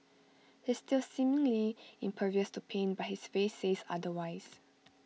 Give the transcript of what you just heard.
he's still seemingly impervious to pain but his face says otherwise